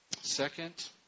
Second